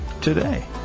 today